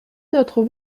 notre